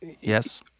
yes